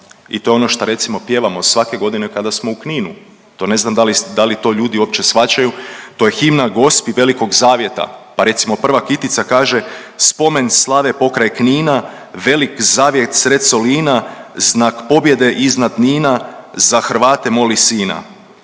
i to ono šta recimo pjevamo svake godine kada smo u Kninu, to ne znam da li to ljudi uopće svaćaju, to je himna Gospi Velikog zavjeta, pa recimo prva kitica kaže „Spomen slave pokraj Knina velik zavjet sred Solina znak pobjede iznad Nina za Hrvate moli sina“,